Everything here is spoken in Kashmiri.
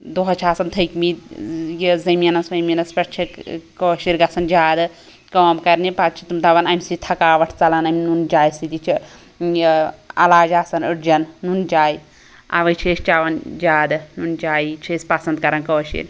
دۄہَس چھِ آسان تھٔکمتۍ یہ زمیٖنَس ومیٖنَس پٮ۪ٹھ چھِ کٲشِرۍ گَژھان زیٛادٕ کٲم کَرنہِ پَتہٕ چھِ تِم دپان امہِ سۭتۍ تھَکاوٹھ ژَلان اَمہِ نُن چاے سۭتی یہِ چھِ یہِ علاج آسان أڑجَن نُن چاے اؤے چھِ أسۍ چیٚوان زیٛادٕ نُن چایی چھِ أسۍ پَسنٛد کران کٲشِرۍ